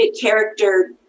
character